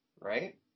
right